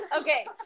Okay